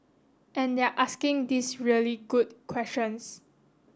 and they're asking these really good questions